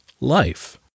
life